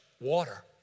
water